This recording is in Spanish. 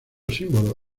símbolo